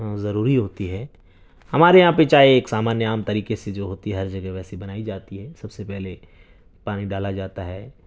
ضروری ہوتی ہے ہمارے یہاں پہ چائے ایک سامانیہ عام طریقے سے جو ہوتی ہے ہر جگہ ویسی بنائی جاتی ہے سب سے پہلے پانی ڈالا جاتا ہے